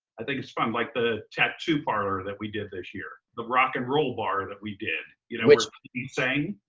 i think it's fun. like the tattoo parlor that we did this year. the rock and roll bar that we did you know where you sing.